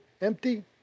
empty